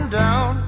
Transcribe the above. down